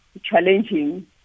challenging